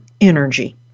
energy